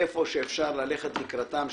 איפה שאפשר ללכת לקראתם,